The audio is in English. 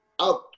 out